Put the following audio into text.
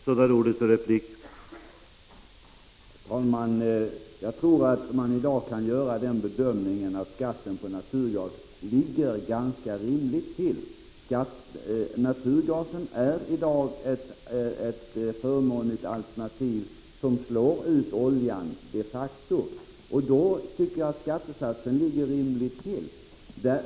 Herr talman! Jag tycker att man i dag kan göra den bedömningen att skatten på naturgas ligger ganska rimligt till. Naturgasen är ett förmånligt alternativ och slår ut oljan. Det är ett faktum.